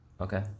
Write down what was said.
Okay